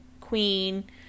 queen